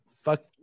Fuck